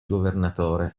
governatore